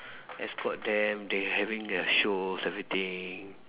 escort them they having their shows everything